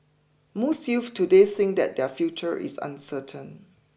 most youths today think that their future is uncertain